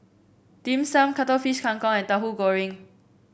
Dim Sum Cuttlefish Kang Kong and Tauhu Goreng